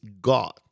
God